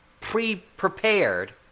pre-prepared